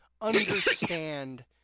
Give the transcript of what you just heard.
understand